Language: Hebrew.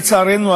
לצערנו,